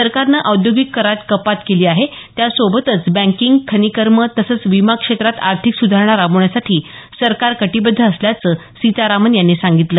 सरकारनं औद्योगिक करात कपात केली आहे त्या सोबतच बँकिंग खनिकर्म तसंच विमा क्षेत्रात आर्थिक सुधारणा राबवण्यासाठी सरकार कटिबद्ध असल्याचं सीतारामन यांनी सांगितलं